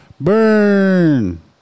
Burn